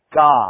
God